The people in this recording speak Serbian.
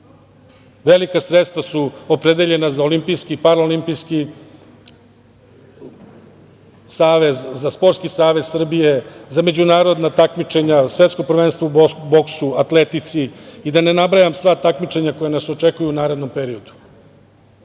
Velika sredstva su opredeljena za olimpijski i parolimpijski savez, za Sportski savez Srbije, za međunarodna takmičenja, svetsko prvenstvo u boksu, atletici i da ne nabrajam sva takmičenja koja nas očekuju u narednom periodu. Ostalo